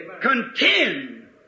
contend